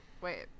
wait